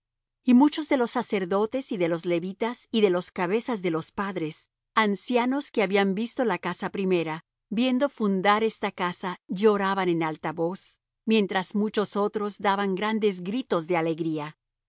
y muchos de los sacerdotes y de los levitas y de los cabezas de los padres ancianos que habían visto la casa primera viendo fundar esta casa lloraban en alta voz mientras muchos otros daban grandes gritos de alegría